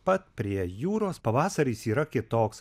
pat prie jūros pavasaris yra kitoks